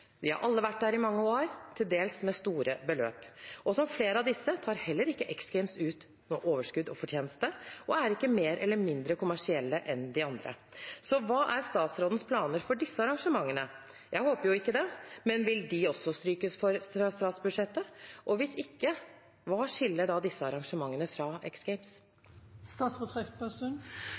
har alle vært der i mange år, til dels med store beløp. Som flere av disse tar heller ikke X Games ut noe overskudd og fortjeneste og er ikke mer eller mindre kommersielle enn de andre. Hva er statsrådens planer for disse arrangementene? Jeg håper jo ikke det, men vil de også strykes fra statsbudsjettet? Og hvis ikke, hva skiller da disse arrangementene fra